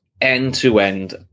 end-to-end